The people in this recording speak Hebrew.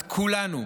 את כולנו,